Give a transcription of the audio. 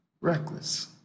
reckless